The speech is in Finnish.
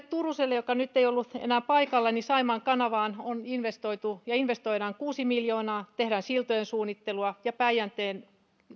turuselle joka nyt ei ollut enää paikalla saimaan kanavaan on investoitu ja investoidaan kuusi miljoonaa tehdään siltojen suunnittelua ja päijänteeltä